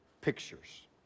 pictures